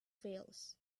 veils